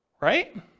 right